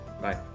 Bye